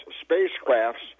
spacecraft's